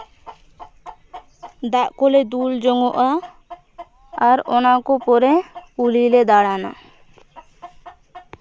ᱫᱟᱜ ᱠᱚᱞᱮ ᱫᱩᱞ ᱡᱚᱝᱚᱜᱼᱟ ᱟᱨ ᱚᱱᱟᱠᱚ ᱯᱚᱨᱮ ᱠᱩᱞᱦᱤ ᱞᱮ ᱫᱟᱬᱟᱱᱟ